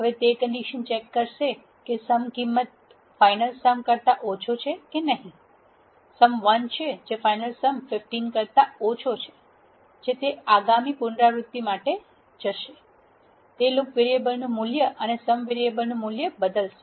હવે તે condition check કરશે કે સમ કિંમત ફાઈનલ સમ કરતા ઓછો છે કે નહીં સમ 1 છે જે ફાઈનલ સમ 15 કરતાં ઓછા છે જે તે આગામી પુનરાવૃત્તિ માટે જશે તે લૂપ વેરીએબલનું મૂલ્ય અને સમ વેરીએબલનું મૂલ્ય બદલશે